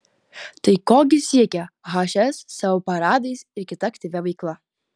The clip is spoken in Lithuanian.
tai ko gi siekia hs savo paradais ir kita aktyvia veikla